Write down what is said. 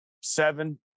seven